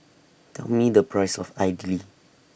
Tell Me The Price of Idly